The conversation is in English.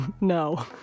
No